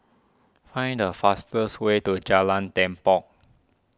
find the fastest way to Jalan Tepong